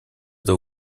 для